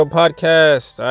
podcast